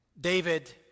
David